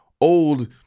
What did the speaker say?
old